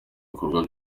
bikorwa